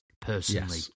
personally